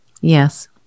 Yes